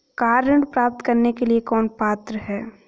Car ऋण प्राप्त करने के लिए कौन पात्र है?